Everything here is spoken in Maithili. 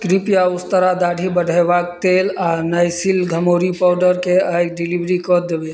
कृपया उस्तरा दाढ़ी बढ़ेबाक तेल आओर नाइसिल घमौरी पाउडरके आइ डिलीवरी कऽ देबय